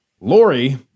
Lori